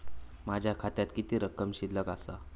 माझ्या खात्यात किती रक्कम शिल्लक आसा?